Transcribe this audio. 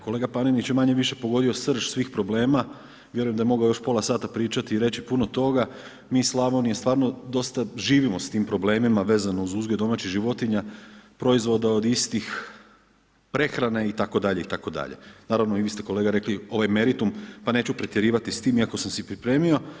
Kolega Panenić je manje-više pogodio srž svih problema, vjerujem da je mogao još pola sata pričati i reći puno toga, mi iz Slavonije stvarno dosta živimo s tim problemima vezano uz uzgoj domaćih životinja, proizvoda od istih, prehrana itd. naravno i vi ste kolega rekli ovaj meritum pa neću pretjerivati s tim, iako sam si pripremio.